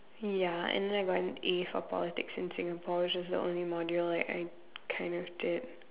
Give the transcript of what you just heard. ya and then I got an A for politics in Singapore which is the only module like I kind of did